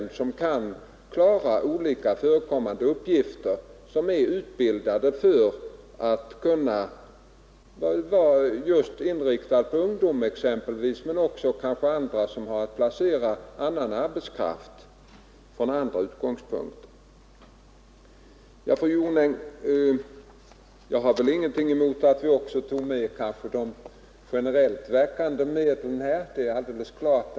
Det behövs personal som kan klara olika förekommande uppgifter, personer som exempelvis är utbildade för att hjälpa ungdom men också personer som är inriktade på att placera annan arbetskraft. Jag har, fru Jonäng, ingenting emot att ta med även de generellt verkande medlen i debatten här.